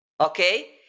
Okay